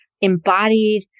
embodied